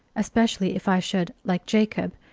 especially if i should, like jacob,